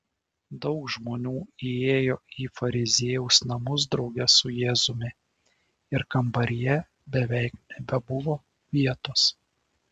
daug žmonių įėjo į fariziejaus namus drauge su jėzumi ir kambaryje beveik nebebuvo vietos